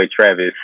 Travis